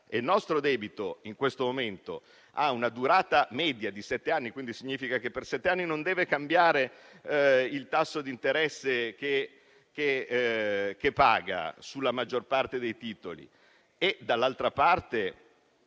il nostro debito in questo momento ha una durata media di sette anni, il che significa che per sette anni non deve cambiare il tasso di interesse che paga sulla maggior parte dei titoli